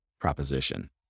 proposition